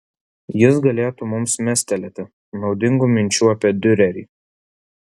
jis galėtų mums mestelėti naudingų minčių apie diurerį